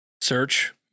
search